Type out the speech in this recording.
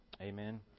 Amen